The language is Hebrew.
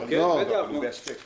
אז אני לא מסכים לסעיף הזה.